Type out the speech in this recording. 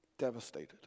devastated